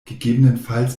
gegebenenfalls